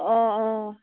অঁ অঁ